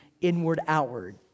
inward-outward